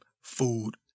food